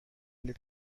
split